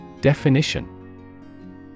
Definition